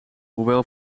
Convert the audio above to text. hoewel